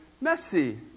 messy